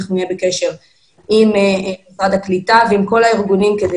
אנחנו נהיה בקשר עם משרד הקליטה ועם כל הארגונים כדי